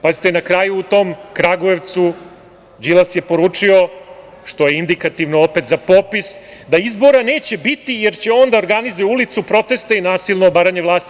Pazite, na kraju u tom Kragujevcu Đilas je poručio, što je indikativno opet za popis, da izbora neće biti jer će on da organizuje proteste na ulici i nasilno obaranje vlasti.